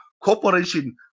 cooperation